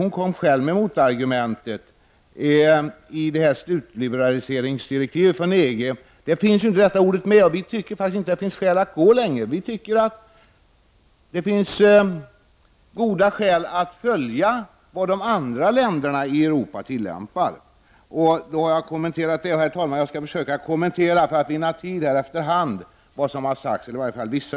Hon kommer själv med motargument när det gäller EGs slutliberaliseringsdirektiv. Det rätta ordet finns inte med. Men vi tycker faktiskt inte att det finns anledning att gå längre. I stället tycker vi att det finns goda skäl att ha samma tillämpning som övriga länder i Europa. För att vinna tid i debatten skall jag försöka att göra aktuella kommentarer med anledning av vissa uttalanden som har gjorts här.